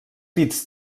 bits